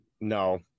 No